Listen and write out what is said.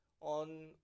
on